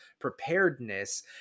preparedness